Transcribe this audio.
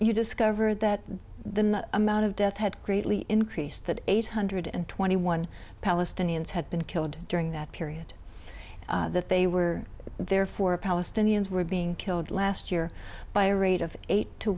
you discover that the amount of death had greatly increased that eight hundred and twenty one palestinians had been killed during that period that they were therefore palestinians were being killed last year by a rate of eight t